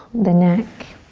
the neck.